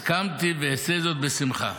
הסכמתי ואעשה זאת בשמחה.